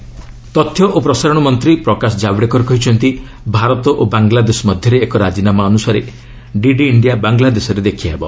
Javadekar DD India ତଥ୍ୟ ଓ ପ୍ରସାରଣ ମନ୍ତ୍ରୀ ପ୍ରକାଶ ଜାଭଡେକର କହିଛନ୍ତି ଭାରତ ଓ ବାଙ୍ଗଲାଦେଶ ମଧ୍ୟରେ ଏକ ରାଜିନାମା ଅନୁସାରେ ଡିଡି ଇଞ୍ଜିଆ ବାଙ୍ଗଲାଦେଶରେ ଦେଖିହେବ